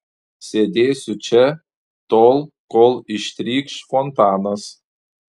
sėdėsiu čia tol kol ištrykš fontanas